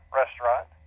restaurant